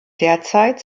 derzeit